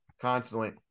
constantly